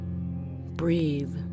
breathe